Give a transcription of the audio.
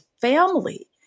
family